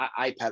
ipad